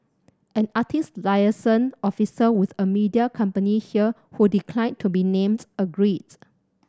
an artist liaison officer with a media company here who declined to be named agreed